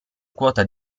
quota